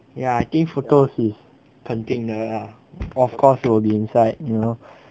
ya I think photo is 肯定的啦 of course to be inside you know